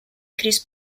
chris